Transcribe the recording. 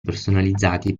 personalizzati